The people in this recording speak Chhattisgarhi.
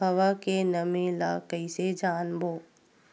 हवा के नमी ल कइसे जानबो?